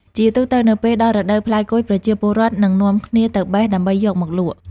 ជាទូទៅនៅពេលដល់រដូវផ្លែគុយ ប្រជាពលរដ្ឋ នឹងនាំគ្នា ទៅបេះដើម្បីយកមកលក់។